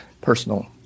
personal